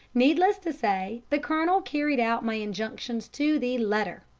needless to say the colonel carried out my injunctions to the letter.